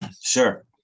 Sure